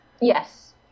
Yes